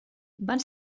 van